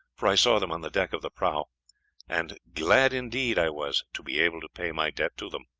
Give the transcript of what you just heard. for i saw them on the deck of the prahu and glad indeed i was to be able to pay my debt to them.